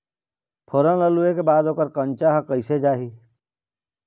फोरन ला लुए के बाद ओकर कंनचा हर कैसे जाही?